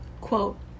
quote